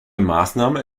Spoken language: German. maßnahme